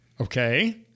Okay